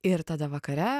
ir tada vakare